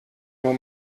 nur